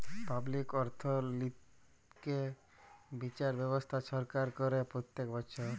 public অর্থনৈতিক্যে বিচার ব্যবস্থা সরকার করে প্রত্যক বচ্ছর